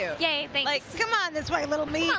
yeah like come on this way, lil meat.